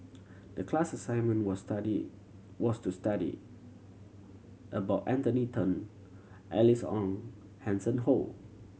the class assignment was study was to study about Anthony Then Alice Ong Hanson Ho